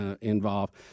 involved